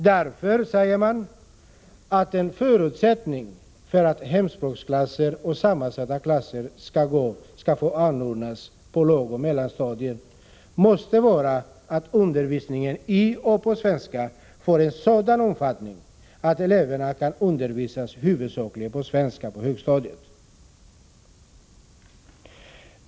Man säger att en förutsättning för att hemspråksklasser och sammansatta klasser skall få anordnas på lågoch mellanstadierna måste vara att undervisningen i och på svenska får en sådan omfattning att eleverna kan undervisas huvudsakligen på svenska på högstadiet.